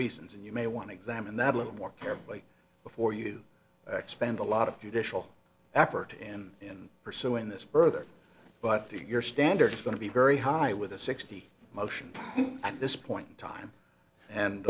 reasons and you may want to examine that a little more carefully before you spend a lot of judicial effort and pursuing this further but your standard is going to be very high with a sixty motion at this point in time and